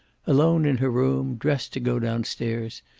alone in her room, dressed to go down-stairs,